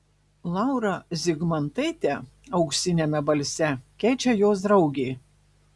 laurą zigmantaitę auksiniame balse keičia jos draugė